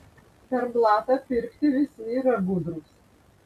per blatą pirkti visi yra gudrūs